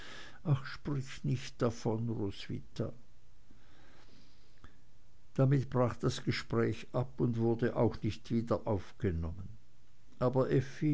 ach sprich nicht davon roswitha damit brach das gespräch ab und wurde auch nicht wieder aufgenommen aber